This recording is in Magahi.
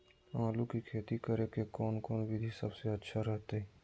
आलू की खेती करें के कौन कौन विधि सबसे अच्छा रहतय?